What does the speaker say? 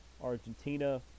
Argentina